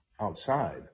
outside